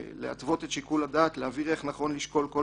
להתוות את שיקול הדעת ולהבהיר איך נכון לשקול כל